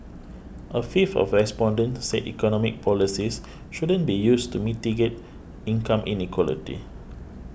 a fifth of respondents said economic policies shouldn't be used to mitigate income inequality